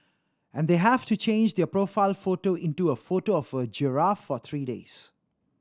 and they have to change their profile photo into a photo of a giraffe for three days